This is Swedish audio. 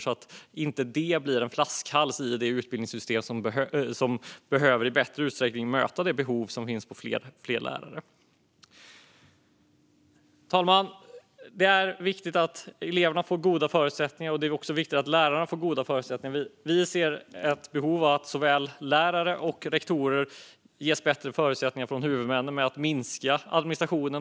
Det får inte bli en flaskhals i det utbildningssystem som i större utsträckning behöver möta det behov som finns av fler lärare. Fru talman! Det är viktigt att eleverna får goda förutsättningar, och det är också viktigt att lärarna får goda förutsättningar. Vi ser ett behov av att såväl lärare som rektorer ges bättre förutsättningar från huvudmännen att minska administrationen.